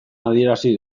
adierazi